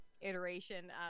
iteration